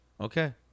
Okay